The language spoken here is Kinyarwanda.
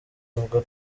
avuga